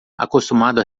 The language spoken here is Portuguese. acostumado